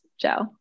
joe